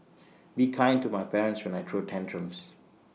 be kind to my parents when I throw tantrums